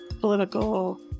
political